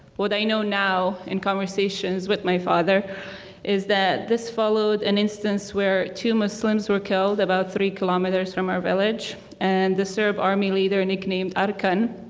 what i know now in conversations with my father is that this followed an instance where two muslims were killed about three kilometers from our village. and the serb army leader, nicknamed arkan